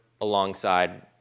alongside